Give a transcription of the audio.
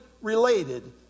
related